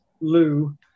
Lou